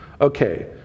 Okay